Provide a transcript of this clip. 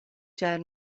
ĉar